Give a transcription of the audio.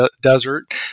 desert